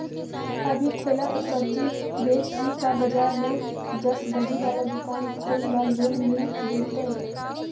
अभी ठेला पर सब्जी बेच ही का बाजार में ज्सबजी बाला दुकान खोले ल लोन मिल जईतै?